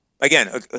Again